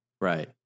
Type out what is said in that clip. Right